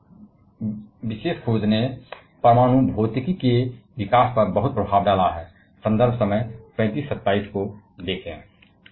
और यह विशेष रूप से खोज परमाणु भौतिकी के विकास पर निहितार्थ तक पहुंच गई है